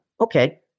Okay